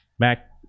Mac